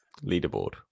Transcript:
leaderboard